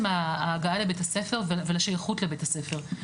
ההגעה לבית הספר ולשייכות לבית הספר.